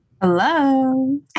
Hello